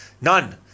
none